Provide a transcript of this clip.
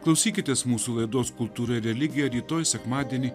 klausykitės mūsų laidos kultūra ir religija rytoj sekmadienį